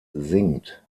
singt